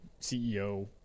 CEO